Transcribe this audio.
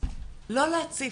לא להציף,